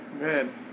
man